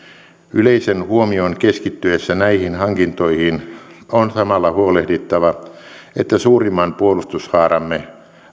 yleisen huomion keskittyessä näihin hankintoihin on samalla huolehdittava että suurimman puolustushaaramme